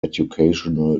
educational